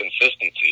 consistency